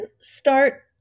start